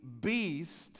beast